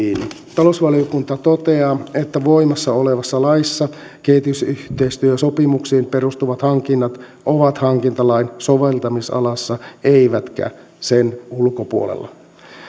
talousvaliokunta toteaa että voimassa olevassa laissa kehitysyhteistyösopimuksiin perustuvat hankinnat ovat hankintalain soveltamisalassa eivätkä sen ulkopuolella